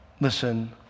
Listen